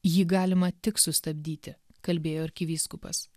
jį galima tik sustabdyti kalbėjo arkivyskupas